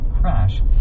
crash